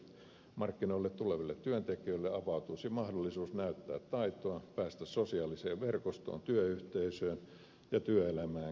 uusille markkinoille tuleville työntekijöille avautuisi mahdollisuus näyttää taitoa päästä sosiaaliseen verkostoon työyhteisöön ja työelämään kiinni